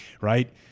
right